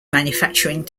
manufacturing